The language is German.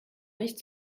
nicht